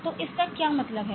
तो इसका क्या मतलब है